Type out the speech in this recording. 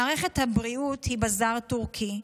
מערכת הבריאות היא בזאר טורקי.